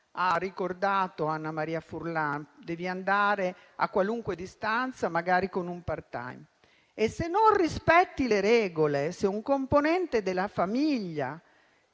ha ricordato Annamaria Furlan, si deve andare a qualunque distanza, magari con un *part-time* e, se non si rispettano le regole, se un componente della famiglia